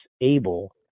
able